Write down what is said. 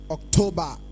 October